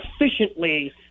efficiently